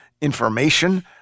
information